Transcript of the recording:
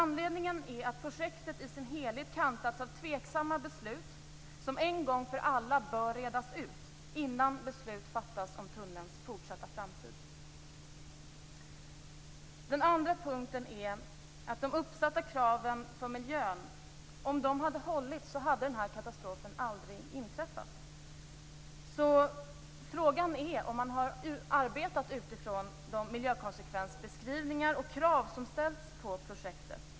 Anledningen är att projektet i sin helhet har kantats av tveksamma beslut som en gång för alla bör redas ut innan beslut fattas om tunnelns framtid. Den andra punkten gäller att den här katastrofen aldrig hade inträffat om de uppsatta kraven på miljön hade hållits. Frågan är därför om man har arbetat utifrån de miljökonsekvensbeskrivningar och andra krav som ställts på projektet.